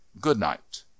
Good-night